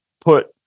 Put